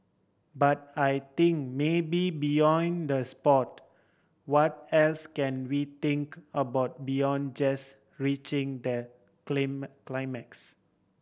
but I think maybe beyond the sport what else can we think about beyond just reaching that climax